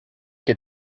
que